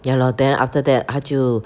ya lor then after that 他就